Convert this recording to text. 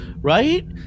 right